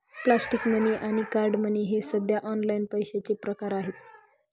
plastic money आणि card money हे सध्या ऑनलाइन पैशाचे प्रकार आहेत